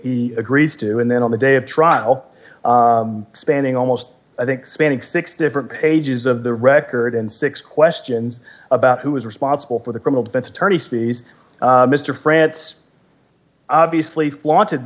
he agreed to and then on the day of trial spending almost i think spending six different pages of the record and six questions about who was responsible for the criminal defense attorney species mr francis obviously flaunted